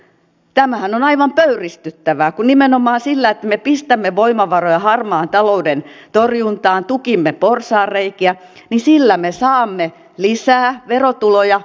tämähän on aivan pöyristyttävää kun nimenomaan sillä että me pistämme voimavaroja harmaan talouden torjuntaan tukimme porsaanreikiä me saamme lisää verotuloja yhteiskuntaan